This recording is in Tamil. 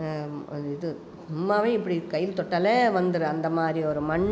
அந்த இது சும்மா இப்படி கையில் தொட்டால் வந்துடும் அந்தமாதிரி ஒரு மண்